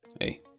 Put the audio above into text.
Hey